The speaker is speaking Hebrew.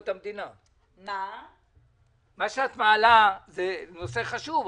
--- מה שאת מעלה הוא נושא חשוב מאוד,